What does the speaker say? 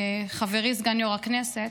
חברי סגן יו"ר הכנסת,